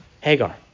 Hagar